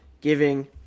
giving